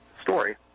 story